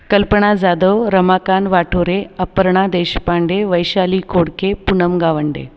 Kalpana Jadhav Ramakant Wathore Aparna Deshpande Vaishali Khodke Poonam Gawande